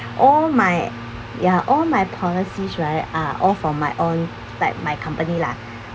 all my ya all my policies right are all from my own beside my company lah